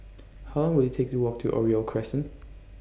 How Long Will IT Take to Walk to Oriole Crescent